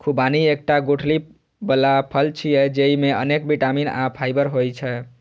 खुबानी एकटा गुठली बला फल छियै, जेइमे अनेक बिटामिन आ फाइबर होइ छै